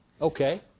Okay